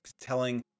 telling